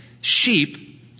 Sheep